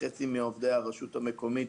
חצי מעובדי הרשות המקומית